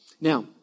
Now